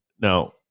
now